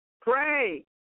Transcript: Pray